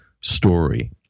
story